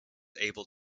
able